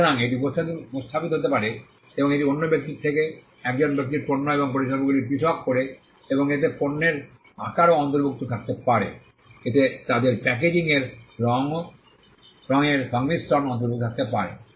সুতরাং এটি উপস্থাপিত হতে পারে এবং এটি অন্য ব্যক্তির থেকে একজন ব্যক্তির পণ্য এবং পরিষেবাগুলি পৃথক করে এবং এতে পণ্যের আকারও অন্তর্ভুক্ত থাকতে পারে এতে তাদের প্যাকেজিং এবং রঙের সংমিশ্রণ অন্তর্ভুক্ত থাকতে পারে